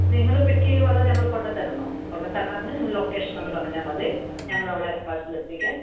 നിങ്ങൾ പിക്ക് ചെയ്യുമോ അതോ ഞങ്ങൾ കൊണ്ട് തരണോ കൊണ്ട് തരണമെങ്കിൽ നിങ്ങൾ ലൊക്കേഷൻ ഒന്ന് പറഞ്ഞാൽ മതി ഞങ്ങൾ അവിടെ പാർസൽ എത്തിക്കാം